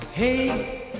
Hey